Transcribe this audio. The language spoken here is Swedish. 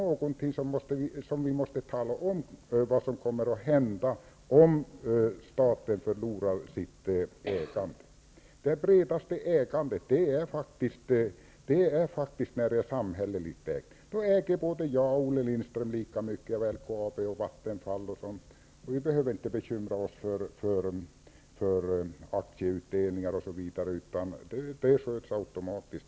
Vi måste ju tala om hur det kommer att bli om staten förlorar sitt ägande. Det bredaste ägandet är faktiskt det samhälleliga ägandet. Då äger jag och Olle Lindström lika mycket av LKAB, Vattenfall osv. Och då behöver vi inte bekymra oss för aktieutdelningar o.d., utan sådant sköts automatiskt.